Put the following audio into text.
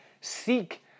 seek